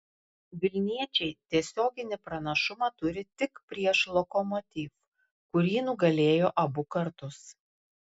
vilniečiai tiesioginį pranašumą turi tik prieš lokomotiv kurį nugalėjo abu kartus